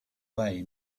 way